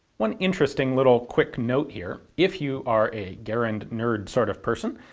one interesting little quick note here. if you are a garand nerd sort of person,